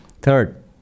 Third